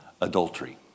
adultery